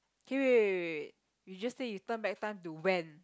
K wait wait wait wait we just said you turn back time to when